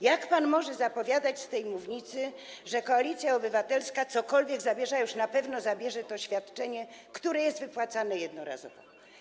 Jak pan może zapowiadać z tej mównicy, że Koalicja Obywatelska cokolwiek zabierze, a w szczególności że zabierze świadczenie, które jest wypłacane jednorazowo?